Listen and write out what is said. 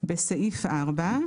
בסעיף 4,